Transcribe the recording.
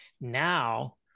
now